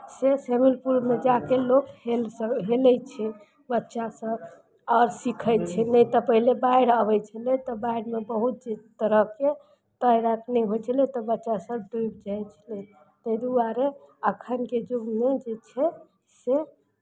से swimming पुलमे जा कऽ लोक हेल सक् हेलै छै बच्चासभ आओर सीखै छै नहि तऽ पहिले बाढ़ि अबै छलै तऽ बाढ़िमे बहुत ची तरहके तैरल नहि होइ छलै तऽ बच्चासभ डुबि जाइ छलै ताहि दुआरे एखनके युगमे जे छै से